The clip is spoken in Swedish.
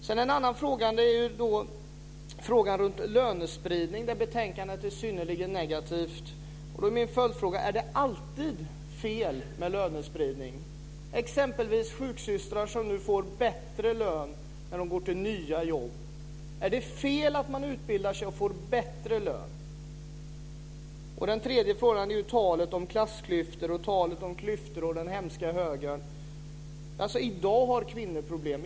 Den andra frågan gäller lönespridning, där betänkandet är synnerligen negativt. Där är min följdfråga: Är det alltid fel med lönespridning? Det kan exempelvis gälla sjuksystrar som nu får bättre lön när de går till nya jobb. Är det fel att man utbildar sig och får bättre lön? Den tredje frågan gäller talet om klassklyftor och den hemska högern. I dag har kvinnor problem.